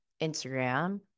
Instagram